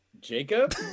Jacob